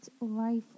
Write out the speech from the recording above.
life